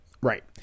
Right